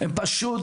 הם פשוט,